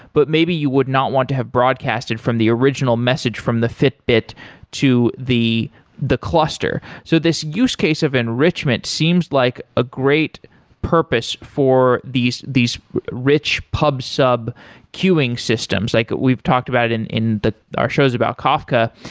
but maybe you would not want to have broadcasted from the original message from the fitbit to the the cluster. so this use case of enrichment seems like a great purpose for these these rich pub sub queueing systems. like we've talked about in in our shows about kafka.